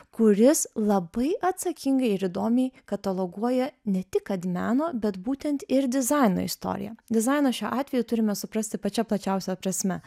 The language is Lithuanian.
kuris labai atsakingai ir įdomiai kataloguoja ne tik kad meno bet būtent ir dizaino istoriją dizainą šiuo atveju turime suprasti pačia plačiausia prasme